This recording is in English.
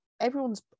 everyone's